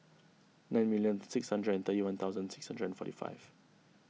nine million six hundred and thirty one thousand six hundred and forty five